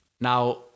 now